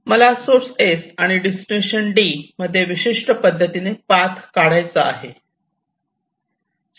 मला source S आणि destination D मध्ये विशिष्ट पद्धतीने पाथ काढायचा आहे